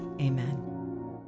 amen